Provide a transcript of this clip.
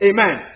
Amen